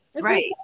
Right